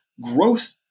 growth